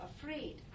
afraid